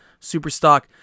Superstock